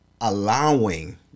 allowing